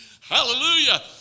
hallelujah